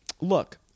Look